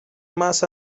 más